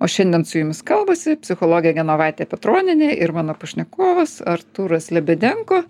o šiandien su jumis kalbasi psichologė genovaitė petronienė ir mano pašnekovas artūras libedenko